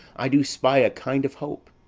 i do spy a kind of hope,